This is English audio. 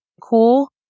cool